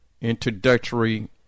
introductory